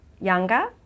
younger